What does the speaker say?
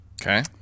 Okay